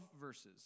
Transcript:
verses